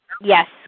Yes